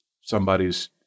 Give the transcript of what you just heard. somebody's